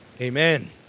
Amen